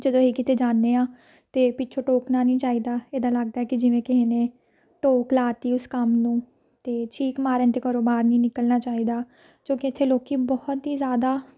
ਜਦੋਂ ਅਸੀਂ ਕਿਤੇ ਜਾਂਦੇ ਹਾਂ ਤਾਂ ਪਿੱਛੋਂ ਟੋਕਨਾ ਨਹੀਂ ਚਾਹੀਦਾ ਇੱਦਾਂ ਲੱਗਦਾ ਕਿ ਜਿਵੇਂ ਕਿਸੇ ਨੇ ਟੋਕ ਲਾ ਤੀ ਉਸ ਕੰਮ ਨੂੰ ਅਤੇ ਛੀਕ ਮਾਰਨ 'ਤੇ ਘਰੋਂ ਬਾਹਰ ਨਹੀਂ ਨਿਕਲਣਾ ਚਾਹੀਦਾ ਜੋ ਕਿ ਇੱਥੇ ਲੋਕ ਬਹੁਤ ਹੀ ਜ਼ਿਆਦਾ